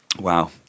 wow